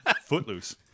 Footloose